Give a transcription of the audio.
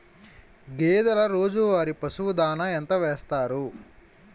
గేదెల రోజువారి పశువు దాణాఎంత వేస్తారు?